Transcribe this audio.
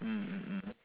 mm mm mm